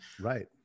Right